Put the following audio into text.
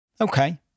okay